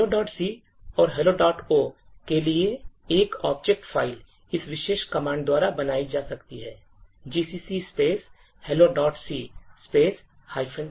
Helloc और helloo के लिए एक object फ़ाइल इस विशेष कमांड द्वारा बनाई जा सकती है gcc helloc c